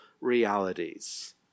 realities